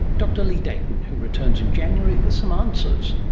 dr leigh dayton, who returns in january with some answers